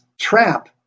trap